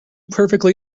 perfectly